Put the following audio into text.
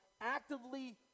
actively